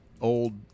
old